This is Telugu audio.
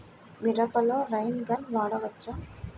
మిరపలో రైన్ గన్ వాడవచ్చా?